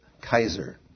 Kaiser